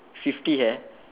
fifty hair